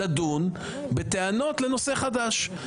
לדון בטענות לנושא חדש.